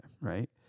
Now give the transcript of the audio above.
Right